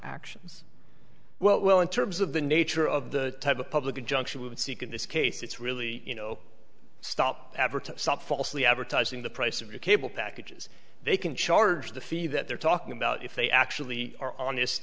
actions well in terms of the nature of the type of public injunction would seek in this case it's really you know stop adverts some falsely advertising the price of your cable packages they can charge the fee that they're talking about if they actually are honest